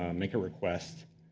um make a request,